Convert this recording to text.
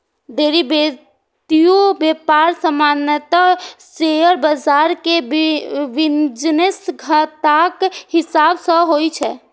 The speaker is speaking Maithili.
डेरिवेटिव व्यापार सामान्यतः शेयर बाजार के बिजनेस घंटाक हिसाब सं होइ छै